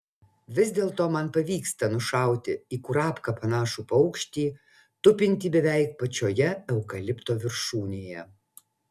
vis dėlto man pavyksta nušauti į kurapką panašų paukštį tupintį beveik pačioje eukalipto viršūnėje